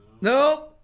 No